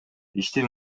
иштин